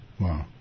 Wow